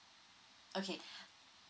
okay